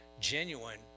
genuine